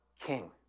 king